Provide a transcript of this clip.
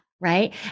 right